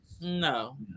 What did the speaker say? No